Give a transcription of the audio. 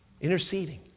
Interceding